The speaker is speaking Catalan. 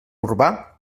urbà